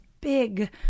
big